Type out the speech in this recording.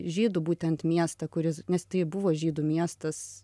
žydų būtent miestą kuris nes tai buvo žydų miestas